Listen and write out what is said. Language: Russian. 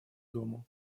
дому